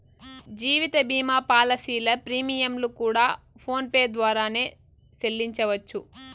జీవిత భీమా పాలసీల ప్రీమియంలు కూడా ఫోన్ పే ద్వారానే సెల్లించవచ్చు